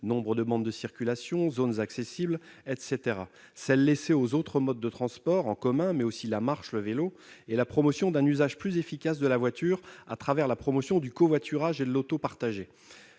nombre de bandes de circulation, zones accessibles, etc. -, de l'espace laissé aux autres modes de transport- transports en commun, mais aussi marche ou vélo -et la promotion d'un usage plus efficace de la voiture à travers la promotion du covoiturage et de l'auto partagée.